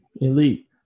Elite